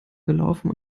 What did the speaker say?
gelaufen